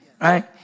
Right